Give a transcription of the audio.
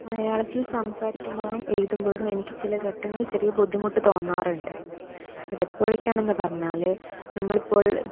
മലയാളത്തിൽ സംസാരിക്കുമ്പോഴും എഴുതുമ്പോഴും എനിക്ക് ചില ഘട്ടങ്ങളിൽ ചെറിയ ബുദ്ധിമുട്ട് തോന്നാറുണ്ട് അത് എപ്പോഴൊക്കെയാണെന്ന് പറഞ്ഞാൽ നമ്മൾ ഇപ്പോൾ